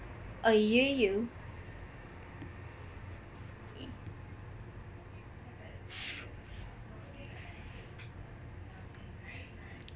ஐய்யயோ:aiyyayoo